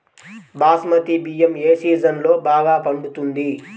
బాస్మతి బియ్యం ఏ సీజన్లో బాగా పండుతుంది?